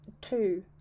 two